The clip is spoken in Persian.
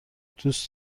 دوست